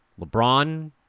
LeBron